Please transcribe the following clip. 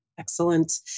Excellent